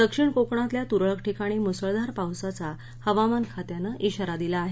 दक्षिण कोकणातल्या तुरळक ठिकाणी मुसळधार पावसाचा हवामान खात्यानं दिला आहे